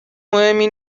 مهمی